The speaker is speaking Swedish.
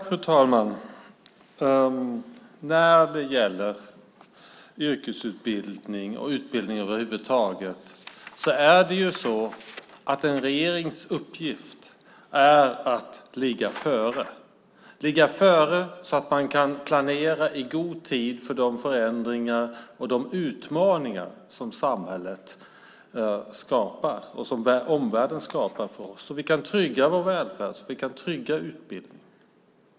Fru talman! När det gäller yrkesutbildning och utbildning över huvud taget är det en regerings uppgift att ligga före så att man kan planera i god tid för de förändringar och för de utmaningar som samhället och omvärlden skapar för oss och så att man kan trygga vår välfärd och vår utbildning.